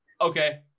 okay